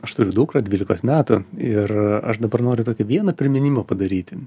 aš turiu dukrą dvylikos metų ir aš dabar noriu tokį vieną priminimą padaryti